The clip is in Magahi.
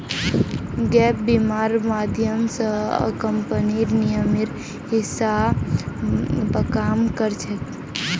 गैप बीमा र माध्यम स कम्पनीर नियमेर हिसा ब काम कर छेक